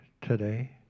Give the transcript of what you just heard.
today